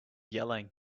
yelling